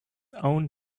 own